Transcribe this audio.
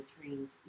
trained